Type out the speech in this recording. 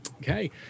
Okay